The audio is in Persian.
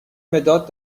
مداد